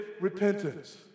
repentance